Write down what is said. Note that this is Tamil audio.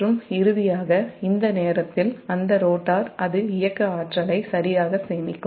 மற்றும் இறுதியாக இந்த நேரத்தில் அந்த ரோட்டார் அது இயக்க ஆற்றலை சரியாக சேமிக்கும்